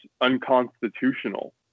unconstitutional